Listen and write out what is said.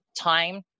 time